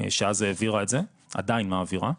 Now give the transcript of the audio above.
שאז העבירה את זה, עדיין מעבירה,